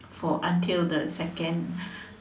for until the second